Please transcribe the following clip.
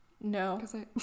No